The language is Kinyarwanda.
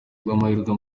bw’amahirwe